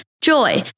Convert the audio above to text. Joy